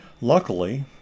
Luckily